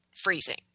freezing